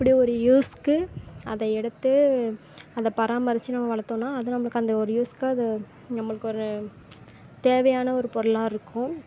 அப்படி ஒரு யூஸுக்கு அதை எடுத்து அதை பராமரித்து நம்ம வளத்தோம்னா அது நம்மளுக்கு அந்த ஒரு யூஸுக்கு அது நம்மளுக்கு ஒரு தேவையான ஒரு பொருளாக இருக்கும்